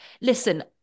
Listen